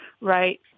right